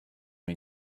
may